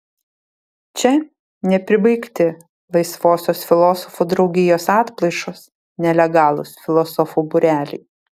čia nepribaigti laisvosios filosofų draugijos atplaišos nelegalūs filosofų būreliai